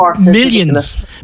millions